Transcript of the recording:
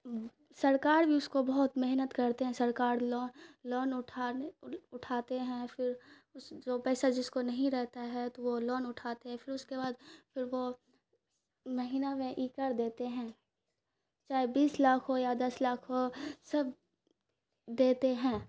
سرکار بھی اس کو بہت محنت کرتے ہیں سرکار لون اٹھانے اٹھاتے ہیں پھر اس جو پیسہ جس کو نہیں رہتا ہے تو وہ لون اٹھاتے ہیں پھر اس کے بعد پھر وہ مہینہ میں ایکڑ دیتے ہیں چاہے بیس لاکھ ہو یا دس لاکھ ہو سب دیتے ہیں